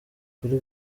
kuri